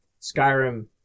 Skyrim